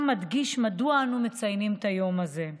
מדגיש מדוע אנו מציינים את היום הזה.